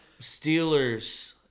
Steelers